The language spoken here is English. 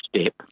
step